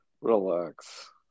Relax